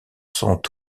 sont